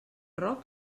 roc